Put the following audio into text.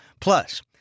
Plus